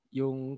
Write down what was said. yung